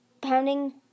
pounding